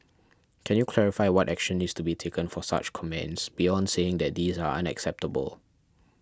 can you clarify what action needs to be taken for such comments beyond saying that these are unacceptable